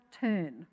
turn